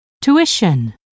Tuition